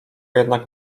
jednak